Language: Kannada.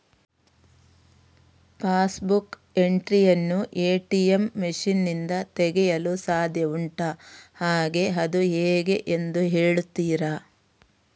ಪಾಸ್ ಬುಕ್ ಎಂಟ್ರಿ ಯನ್ನು ಎ.ಟಿ.ಎಂ ಮಷೀನ್ ನಿಂದ ತೆಗೆಯಲು ಸಾಧ್ಯ ಉಂಟಾ ಹಾಗೆ ಅದು ಹೇಗೆ ಎಂದು ಹೇಳುತ್ತೀರಾ?